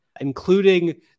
including